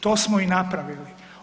To smo i napravili.